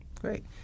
Great